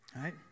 right